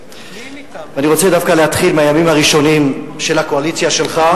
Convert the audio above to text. ואני רוצה דווקא להתחיל מהימים הראשונים של הקואליציה שלך,